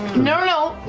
no,